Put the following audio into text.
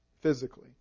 physically